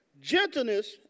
Gentleness